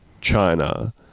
China